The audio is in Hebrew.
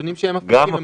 הנתונים שהם מפיקים,